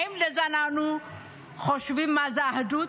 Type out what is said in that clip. האם זה מה שאנחנו חושבים שהוא אחדות?